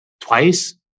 Twice